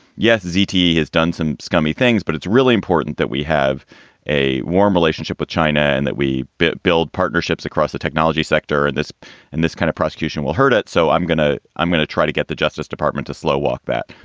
yes, zte yeah has done some scummy things. but it's really important that we have a warm relationship with china and that we build partnerships across the technology sector. and this and this kind of prosecution will hurt it. so i'm going to i'm going to try to get the justice department to slow walk that.